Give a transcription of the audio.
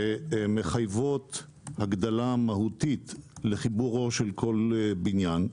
שמחייבות הגדלה מהותית לחיבורו של כל בניין,